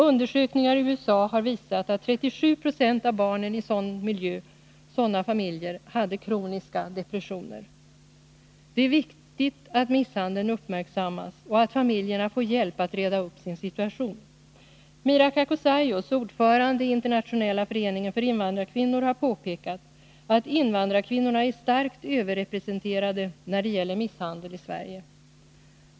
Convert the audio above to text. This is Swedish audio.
Undersökningar i USA har visat att 37 96 av barnen i sådan miljö hade kroniska depressioner. Det är viktigt att misshandeln uppmärksammas och att familjerna får hjälp att reda upp sin situation. Mira Kukossaios, ordförande i Internationella föreningen för invandrarkvinnor, har påpekat att invandrarkvinnorna är starkt överrepresenterade när det gäller misshandel i Sverige.